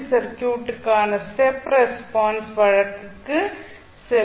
C சர்க்யூட்டுக்கான step response வழக்குக்கு செல்லலாம்